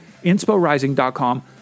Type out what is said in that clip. insporising.com